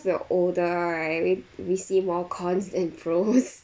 we're older right we see more cons than pros